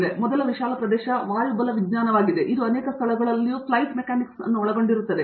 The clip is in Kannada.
ಆದ್ದರಿಂದ ಮೊದಲ ವಿಶಾಲ ಪ್ರದೇಶ ಬಹುಶಃ ವಾಯುಬಲವಿಜ್ಞಾನವಾಗಿದೆ ಇದು ಅನೇಕ ಸ್ಥಳಗಳಲ್ಲಿಯೂ ಫ್ಲೈಟ್ ಮೆಕ್ಯಾನಿಕ್ಸ್ ಅನ್ನು ಒಳಗೊಂಡಿರುತ್ತದೆ